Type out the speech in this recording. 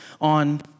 on